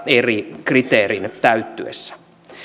eri kriteerin täyttyessä